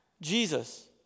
Jesus